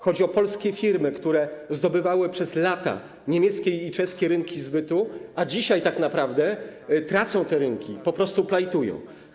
Chodzi o polskie firmy, które zdobywały przez lata niemieckie i czeskie rynki zbytu, a dzisiaj tak naprawdę tracą te rynki, po prostu plajtują.